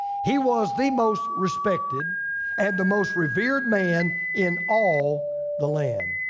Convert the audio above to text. he was the most respected and the most revered man in all the land.